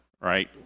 right